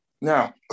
Now